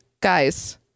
guys